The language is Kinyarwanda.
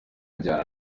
ajyana